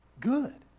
good